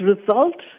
result